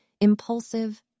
impulsive